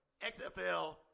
XFL